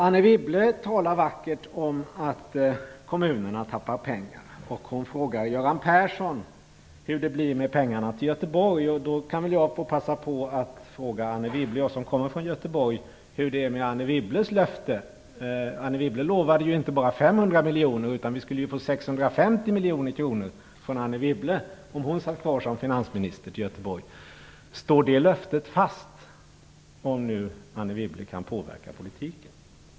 Anne Wibble talar vackert om att kommunerna tappar pengar. Hon frågar Göran Persson hur det blir med pengarna till Göteborg. Då kan väl jag som kommer från Göteborg få passa på att fråga Anne Wibble hur det är med hennes löfte. Anne Wibble lovade ju inte bara 500 miljoner, utan vi skulle ju få 650 miljoner kronor till Göteborg om hon fortsatt som finansminister. Står löftet fast, om nu Anne Wibble kan påverka politiken?